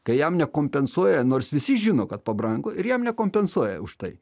kai jam nekompensuoja nors visi žino kad pabrango ir jam nekompensuoja už tai